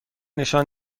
نشان